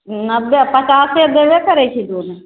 नब्बे पचासे दबे करै छै दूध